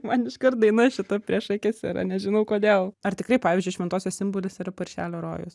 man iškart daina šita prieš akis yra nežinau kodėl ar tikrai pavyzdžiui šventosios simbolis yra paršelio rojus